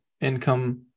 income